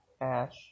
ash